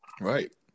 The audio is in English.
Right